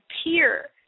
appear